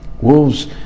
wolves